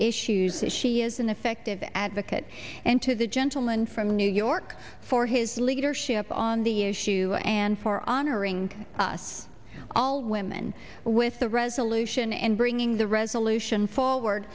issues she is an effective advocate and to the gentleman from new york for his leadership on the issue and for honoring us all women with the resolution and bringing the resolution forward